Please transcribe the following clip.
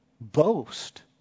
boast